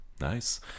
nice